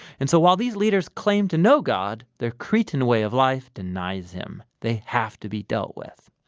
and so while these leaders claim to know god, their cretan way of life denies him. they have to be dealt with.